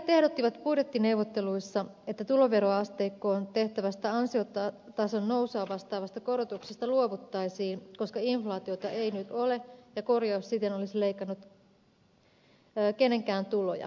vihreät ehdottivat budjettineuvotteluissa että tuloveroasteikkoon tehtävästä ansiotason nousua vastaavasta korotuksesta luovuttaisiin koska inflaatiota ei nyt ole ja korjaus ei siten olisi leikannut kenenkään tuloja